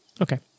Okay